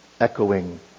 Echoing